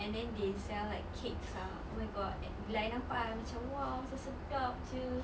and then they sell like cakes ah oh my god bila I nampak I macam !whoa! macam sedap jer